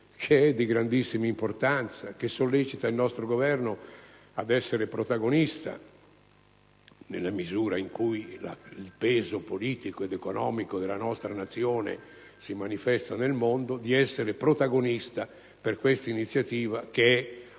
di grandissima importanza che sollecita il nostro Governo ad essere protagonista - nella misura in cui il peso politico ed economico della nostra Nazione si manifesta nel mondo - su questa iniziativa, che è